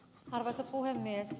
arvoisa puhemies